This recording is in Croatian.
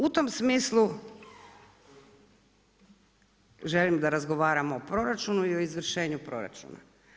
U tom smislu želim da razgovaramo o proračunu i o izvršenju proračuna.